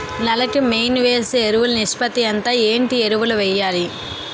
నేల కి మెయిన్ వేసే ఎరువులు నిష్పత్తి ఎంత? ఏంటి ఎరువుల వేయాలి?